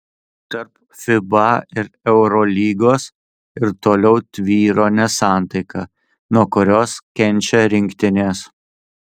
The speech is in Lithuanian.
tarp fiba ir eurolygos ir toliau tvyro nesantaika nuo kurios kenčia rinktinės